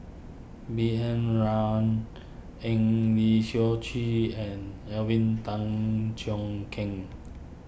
B N Rao Eng Lee Seok Chee and Alvin Tan Cheong Kheng